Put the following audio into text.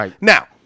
Now